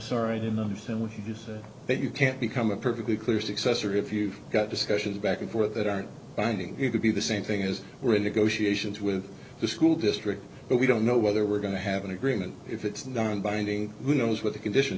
sorry i didn't understand what you said that you can't become a perfectly clear successor if you've got discussions back and forth that aren't binding you could be the same thing as really goshi asians with the school district but we don't know whether we're going to have an agreement if it's non binding who knows what the condition